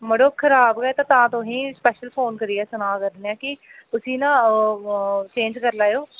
मड़ो खराब गै तां तोहें स्पैशल फ़ोन करियै सना करने आं कि उसी न तुस चेंज करी लैएओ